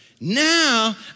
Now